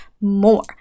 more